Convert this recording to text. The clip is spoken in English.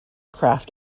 craft